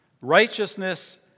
Righteousness